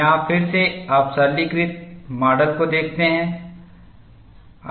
यहां फिर से आप सरलीकृत माडल को देखते हैं